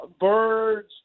birds